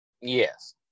yes